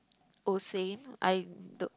oh same I don't